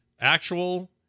actual